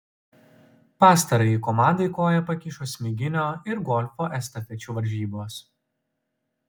pastarajai komandai koją pakišo smiginio ir golfo estafečių varžybos